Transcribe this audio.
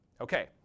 Okay